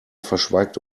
verschweigt